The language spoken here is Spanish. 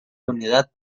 unidad